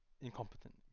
incompetent